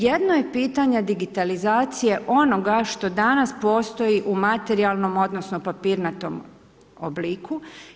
Jedno je pitanje digitalizacije onoga što danas postoji u materijalnom, odnosno, papirnatom obliku.